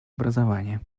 образования